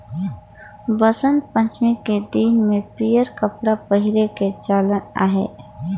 बसंत पंचमी के दिन में पीयंर कपड़ा पहिरे के चलन अहे